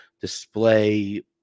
display